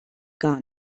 gar